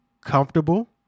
Comfortable